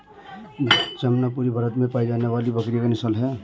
जमनापरी भारत में पाई जाने वाली बकरी की नस्ल है